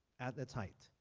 at its height.